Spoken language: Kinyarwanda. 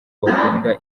bakunda